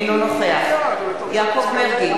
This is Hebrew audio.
אינו נוכח יעקב מרגי,